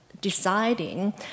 deciding